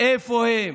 איפה הם?